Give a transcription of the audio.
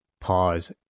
pause